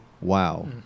wow